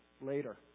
later